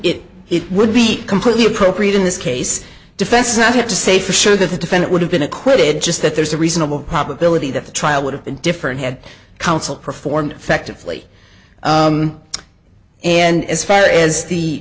it would be completely appropriate in this case defense not to say for sure that the defendant would have been acquitted just that there's a reasonable probability that the trial would have been different had counsel performed affectively and as far as the